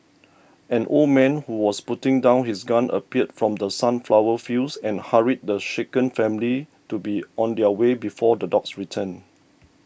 an old man who was putting down his gun appeared from the sunflower fields and hurried the shaken family to be on their way before the dogs return